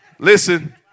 Listen